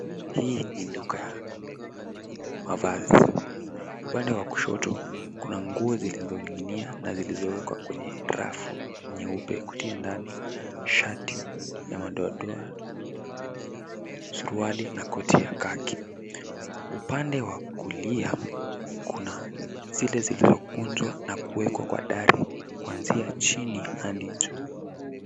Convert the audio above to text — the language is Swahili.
Hii ni duka ya mavazi, upande wa kushoto kuna nguo zilizoning'inia na zilizowekwa kwenye rafu nyeupe kutia ndani shati ya madoadoa, suruali na koti ya kaki. Upande wa kulia kuna zile zilizokunjwa na kuwekwa kwa dari kuanzia chini hadi juu.